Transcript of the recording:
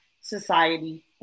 society